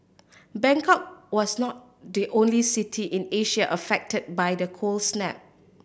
Bangkok was not the only city in Asia affected by the cold snap